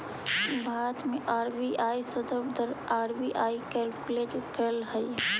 भारत में आर.बी.आई संदर्भ दर आर.बी.आई कैलकुलेट करऽ हइ